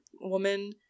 woman